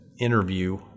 interview